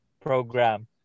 Program